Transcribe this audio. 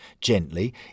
Gently